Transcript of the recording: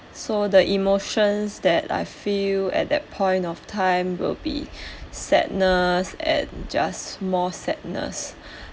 so the emotions that I feel at that point of time will be sadness and just more sadness